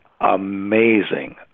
amazing